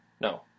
no